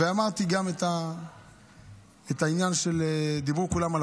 ודיברתי גם על העניין שכולם דיברו עליו,